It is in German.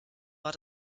war